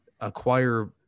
acquire